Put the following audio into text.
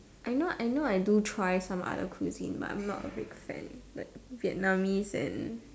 I know I know I do try some other cuisine but I'm not a big fan but Vietnamese and